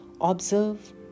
observe